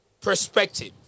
perspective